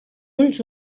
ulls